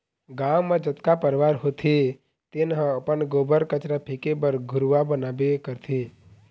गाँव म जतका परवार होथे तेन ह अपन गोबर, कचरा फेके बर घुरूवा बनाबे करथे